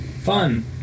Fun